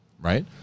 Right